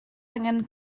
angen